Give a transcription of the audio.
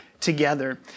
together